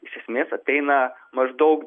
iš esmės ateina maždaug